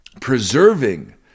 preserving